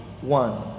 one